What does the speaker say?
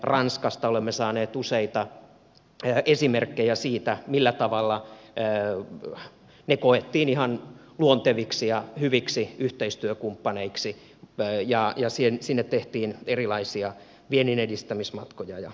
ranskasta olemme saaneet useita esimerkkejä siitä millä tavalla ne koettiin ihan luonteviksi ja hyviksi yhteistyökumppaneiksi ja miten sinne tehtiin erilaisia vienninedistämismatkoja ja muita